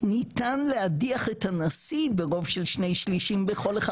ניתן להדיח את הנשיא ברוב של שני שלישים בכל אחד